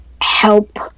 help